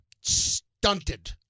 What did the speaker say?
stunted